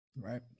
Right